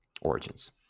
origins